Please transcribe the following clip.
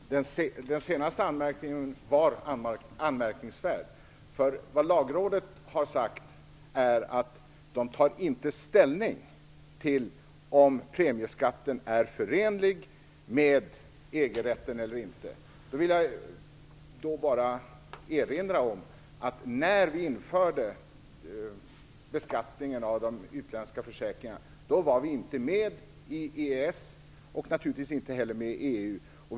Fru talman! Den senaste anmärkningen var anmärkningsvärd. Vad Lagrådet har sagt är att man inte tar ställning till om premieskatten är förenlig med EG-rätten eller inte. Jag vill erinra om att vi inte var med i EES och naturligtvis inte heller med i EU när vi införde beskattningen av de utländska försäkringarna.